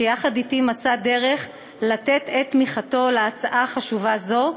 שיחד אתי מצא דרך לתת את תמיכתו להצעה חשובה זו,